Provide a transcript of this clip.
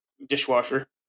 Dishwasher